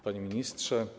Panie Ministrze!